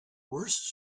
worse